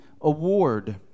Award